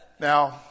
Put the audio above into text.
now